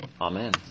Amen